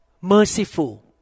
merciful